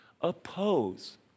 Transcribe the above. oppose